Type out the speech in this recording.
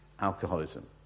alcoholism